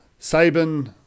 Saban